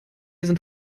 sind